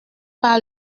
par